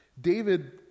david